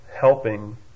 helping